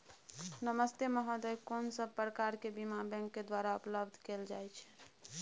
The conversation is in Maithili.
नमस्ते महोदय, कोन सब प्रकार के बीमा बैंक के द्वारा उपलब्ध कैल जाए छै?